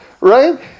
right